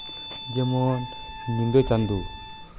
ᱡᱮᱢᱚᱱ ᱧᱤᱫᱟᱹ ᱪᱟᱸᱫᱳ